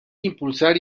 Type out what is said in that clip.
impulsar